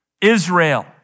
Israel